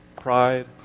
pride